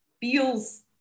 feels